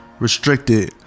restricted